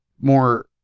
more